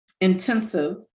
intensive